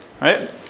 right